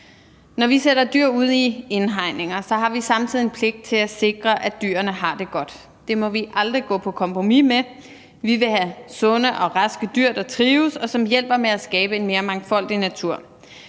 Når vi sætter dyr ud i indhegninger, har vi samtidig en pligt til at sikre, at dyrene har det godt. Det må vi aldrig gå på kompromis med. Vi vil have sunde og raske dyr, der trives, og som hjælper med at skabe en mere mangfoldig natur.